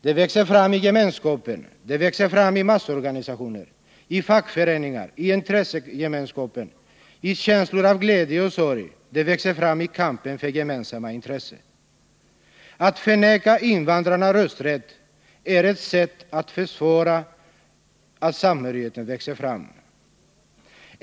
Den växer fram i gemenskapen, i massorganisationer, i fackföreningar, i intressegemenskapen och i känslor av glädje och sorg. Den växer fram i kampen för gemensamma intressen. Att förneka invandrarna rösträtt är ett sätt att försvåra att samhörigheten växer fram.